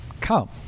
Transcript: come